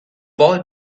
boy